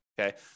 okay